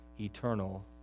eternal